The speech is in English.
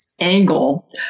angle